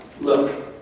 Look